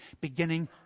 beginning